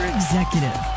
Executive